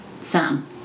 Sam